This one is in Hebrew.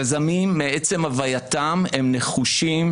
יזמים מעצם הווייתם הם נחושים,